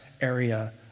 area